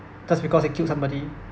just because they killed somebody